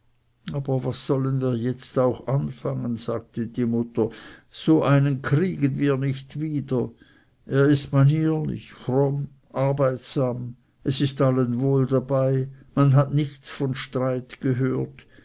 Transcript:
aber was sollen wir jetzt auch anfangen sagte die mutter so einen kriegen wir nicht wieder er ist manierlich fromm arbeitsam es ist allen wohl dabei man hat nichts von streit gehört